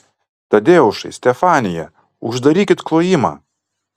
tadeušai stefanija uždarykit klojimą